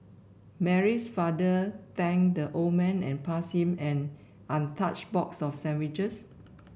Mary's father thanked the old man and passed him an untouched box of sandwiches